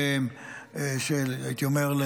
הייתי אומר,